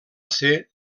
ser